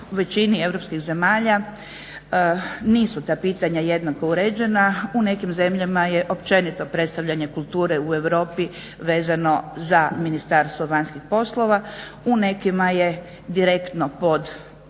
u većini europskih zemalja nisu ta pitanja jednako uređena. U nekim zemljama je općenito predstavljanje kulture u Europi vezano za Ministarstvo vanjskih poslova, u nekima je direktno po